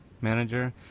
Manager